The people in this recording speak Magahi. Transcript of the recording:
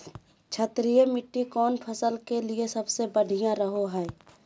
क्षारीय मिट्टी कौन फसल के लिए सबसे बढ़िया रहो हय?